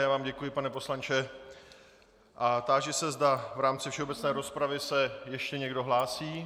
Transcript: Já vám děkuji, pane poslanče, a táži se, zda v rámci všeobecné rozpravy se ještě někdo hlásí.